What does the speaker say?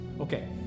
Okay